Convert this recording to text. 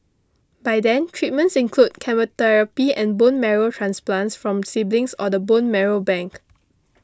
by then treatments include chemotherapy and bone marrow transplants from siblings or the bone marrow bank